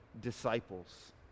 disciples